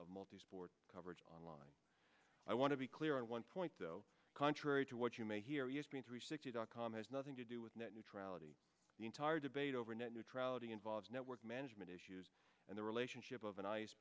of multisport coverage online i want to be clear on one point though contrary to what you may hear you speak three sixty dot com has nothing to do with net neutrality the entire debate over net neutrality involves network management issues and the relationship of an ice